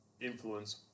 influence